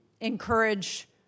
encourage